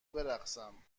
برقصم